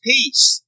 Peace